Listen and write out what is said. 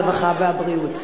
הרווחה והבריאות.